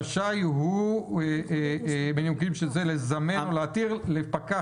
למה כתוב לי שרשאי הוא מנימוקים להתיר לפקח.